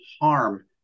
harm